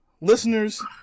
listeners